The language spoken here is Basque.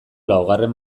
laugarren